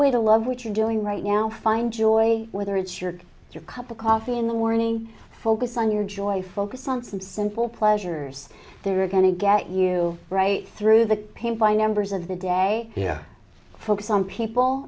way to love which are doing right now find joy whether it's your your cup of coffee in the morning focus on your joy focus on some simple pleasures they're going to get you right through the paint by numbers of the day yeah for some people